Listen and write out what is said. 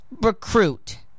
recruit